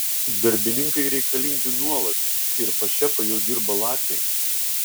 darbininkai reikalingi nuolat ir pas šefą jau dirba latviai